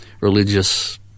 religious